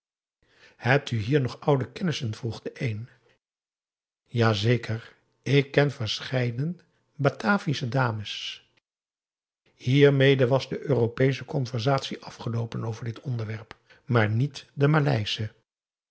hebt u hier nog oude kennissen vroeg de een ja zeker ik ken verscheiden bataviasche dames hiermede was de europeesche conversatie afgeloopen over dit onderwerp maar niet de maleische